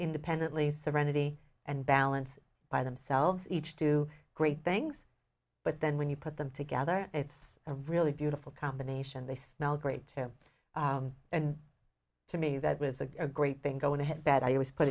independently serenity and balance by themselves each do great things but then when you put them together it's a really beautiful combination they smell great too and to me that was a great thing going to bed i always put